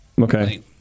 Okay